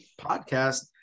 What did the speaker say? podcast